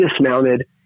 dismounted